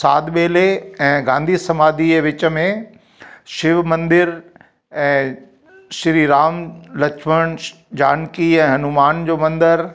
साध बेले ऐं गांधी समाधी जे विच में शिव मंदिर ऐं श्री राम लक्ष्मण जानकी ऐं हनुमान जो मंदर